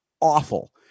awful